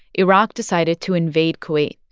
iraq decided to invade kuwait,